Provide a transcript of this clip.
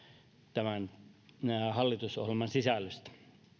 tämän hallitusohjelman sisällöstä